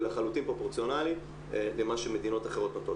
לחלוטין פרופורציונאלית למה שמדינות אחרות נותנות.